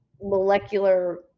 molecular